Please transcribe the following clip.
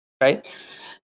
right